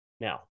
Now